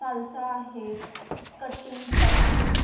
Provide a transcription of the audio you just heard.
salsa आहे cutting तटिंग